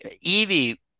Evie